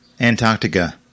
Antarctica